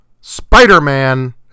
Spider-Man